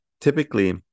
typically